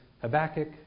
Habakkuk